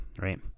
right